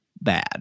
bad